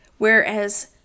Whereas